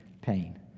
pain